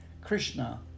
Krishna